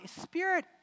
spirit